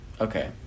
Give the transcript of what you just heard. Okay